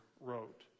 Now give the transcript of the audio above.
wrote